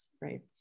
Right